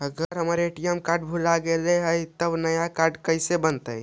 अगर हमर ATM card भुला गैलै हे तब नया काड कइसे बनतै?